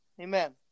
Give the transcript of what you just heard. Amen